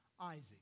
Isaac